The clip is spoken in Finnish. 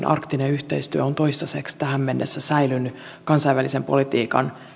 arktinen yhteistyö on toistaiseksi tähän mennessä säilynyt kansainvälisen politiikan